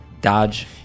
dodge